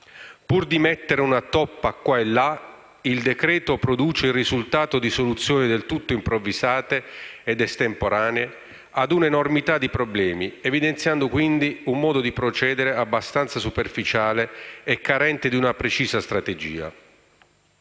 Pur di mettere una toppa qua e là, il decreto-legge produce il risultato di soluzioni del tutto improvvisate ed estemporanee a una enormità di problemi, evidenziando, quindi, un modo di procedere abbastanza superficiale e carente di una precisa strategia.